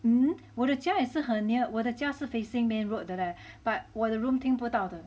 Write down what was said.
hmm 我的家也是很 near 我的家是 facing main road 的嘞 but 我的 room 听不到的